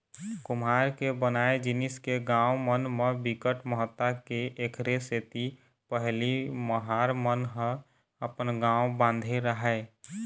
कुम्हार के बनाए जिनिस के गाँव मन म बिकट महत्ता हे एखरे सेती पहिली महार मन ह अपन गाँव बांधे राहय